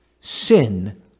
sin